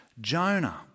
Jonah